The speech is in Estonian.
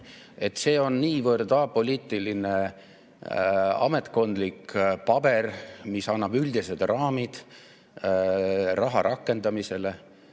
See on niivõrd apoliitiline ametkondlik paber, mis annab üldised raamid raha rakendamisele.